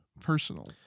personal